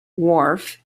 wharf